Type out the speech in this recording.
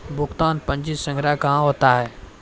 भुगतान पंजी संग्रह कहां होता हैं?